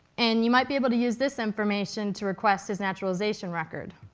and you might be able to use this information to request his naturalization record.